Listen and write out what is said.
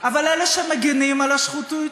אבל אלה שמגינים על השחיתות,